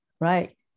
right